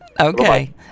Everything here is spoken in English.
Okay